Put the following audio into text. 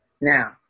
Now